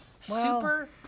Super